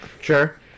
Sure